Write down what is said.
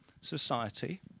society